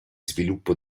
sviluppo